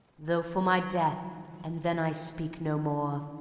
though for my death and then i speak no more.